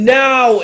now